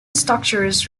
structures